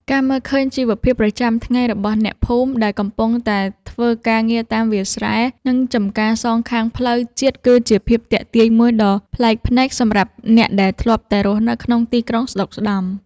ការមើលឃើញជីវភាពប្រចាំថ្ងៃរបស់អ្នកភូមិដែលកំពុងតែធ្វើការងារតាមវាលស្រែ និង ចម្ការសងខាងផ្លូវជាតិគឺជាភាពទាក់ទាញមួយដ៏ប្លែកភ្នែកសម្រាប់អ្នកដែលធ្លាប់តែរស់នៅក្នុងទីក្រុងស្ដុកស្ដម្ភ។